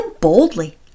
boldly